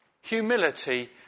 Humility